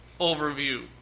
overview